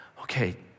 Okay